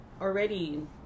already